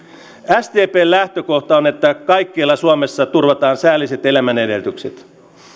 sdpn lähtökohta on että kaikkialla suomessa turvataan säälliset elämän edellytykset